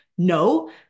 No